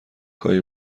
هایی